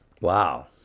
Wow